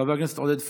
חבר הכנסת עודד פורר,